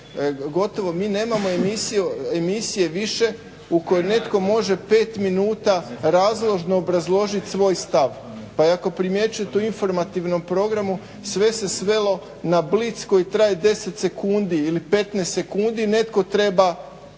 gotovo mi nemamo emisije više u kojoj netko može pet minuta razložno obrazložiti svoj stav, pa ako primjećujete u informativnom programu sve se svelo na blic koji traje deset sekundi ili 15 sekundi, netko treba.